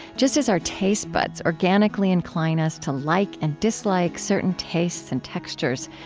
just as our taste buds organically incline us to like and dislike certain tastes and textures,